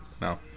No